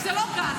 כי זה לא גן.